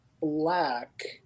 black